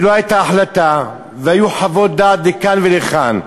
כי לא הייתה החלטה, והיו חוות דעת לכאן ולכאן.